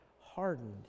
hardened